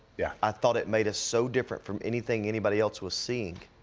yeah. i thought it made us so different from anything anybody else was seeing.